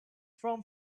from